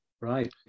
Right